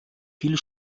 viel